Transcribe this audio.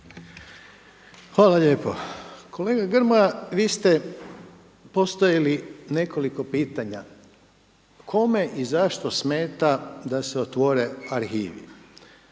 Hvala lijepo. Kolega Grmoja, vi ste postavili nekoliko pitanja kome i zašto smeta da se otvore arhivi